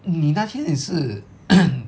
你那天也是